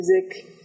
music